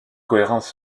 cohérence